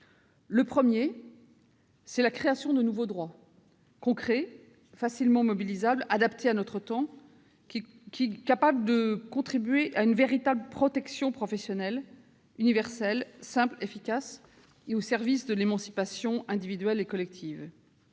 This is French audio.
Le premier axe, c'est la création de nouveaux droits concrets, facilement mobilisables et adaptés à notre temps, susceptibles de constituer une véritable protection professionnelle, universelle, simple et efficace, au service de l'émancipation individuelle et collective.